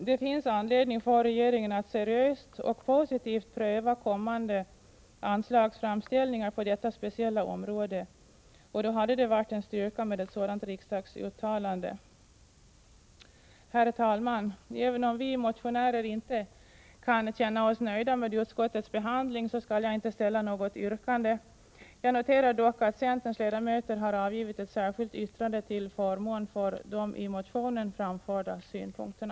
Det finns anledning för regeringen att seriöst och positivt pröva kommande anslagsframställningar på detta speciella område. Då hade det varit en styrka med ett sådant riksdagsuttalande. Herr talman! Även om vi motionärer inte kan känna oss nöjda med utskottets behandling skall jag inte ställa något yrkande. Jag noterar dock att centerns ledamöter har avgivit ett särskilt yttrande till förmån för de i motionen framförda synpunkterna.